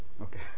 Okay